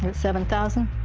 but seven thousand